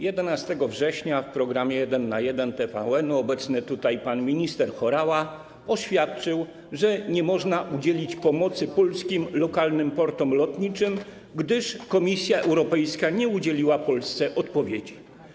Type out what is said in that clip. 11 września w programie „Jeden na jeden” TVN-u obecny tutaj pan minister Horała oświadczył, że nie można udzielić pomocy polskim lokalnym portom lotniczym, gdyż Komisja Europejska nie udzieliła Polsce odpowiedzi.